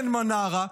אין מנרה,